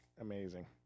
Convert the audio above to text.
amazing